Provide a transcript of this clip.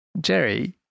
Jerry